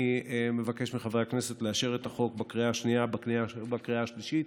אני מבקש מחברי הכנסת לאשר את החוק בקריאה השנייה ובקריאה השלישית.